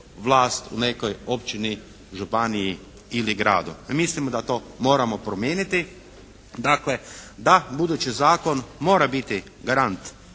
vlast u nekoj općini, županiji ili gradu. Mislimo da to moramo promijeniti. Dakle da budući zakon mora biti garant